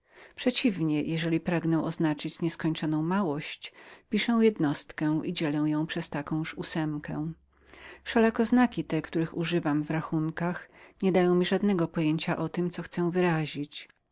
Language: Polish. przeciwnie jeżeli pragnę oznaczyć nieskończoną małość piszę jednostkę i dzielę ją przez takąż ósemkę wszelako znaki te używane w rachunkach nie dają mi żadnego pojęcia o tem co chcę wyrazić